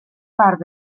part